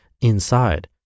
inside